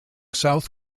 south